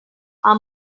our